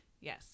Yes